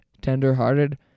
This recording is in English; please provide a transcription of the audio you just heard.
tender-hearted